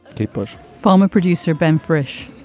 kate bush, former producer, ben fresh,